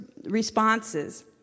responses